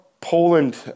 poland